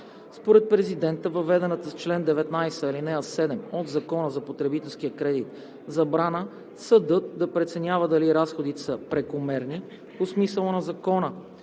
Според президента въведената с чл. 19, ал. 7 от Закона за потребителския кредит забрана съдът да преценява дали разходите са „прекомерни“ по смисъла на Закона